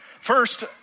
First